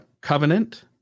covenant